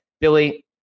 Billy